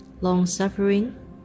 long-suffering